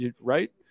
Right